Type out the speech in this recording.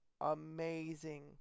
amazing